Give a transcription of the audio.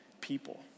people